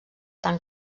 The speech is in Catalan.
tan